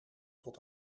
tot